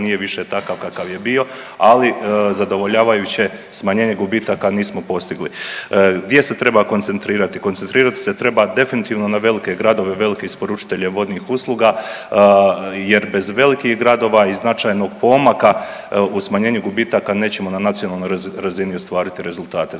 nije više takav kakav je bio, ali zadovoljavajuće smanjenje gubitaka nismo postigli. Gdje se treba koncentrirati? Koncentrirati se treba definitivno na velike gradove, velike isporučitelje vodnih usluga jer bez velikih gradova i značajnog pomaka u smanjenju gubitaka nećemo na nacionalnoj razini ostvariti rezultate.